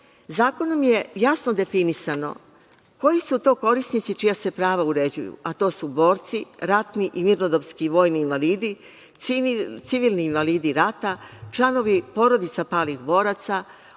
zakonom je jasno definisano koji su to korisnici čija se prava uređuju, a to su: borci, ratni i mirnodopski vojni invalidi, civilni invalidi rata, članovi porodica palih boraca,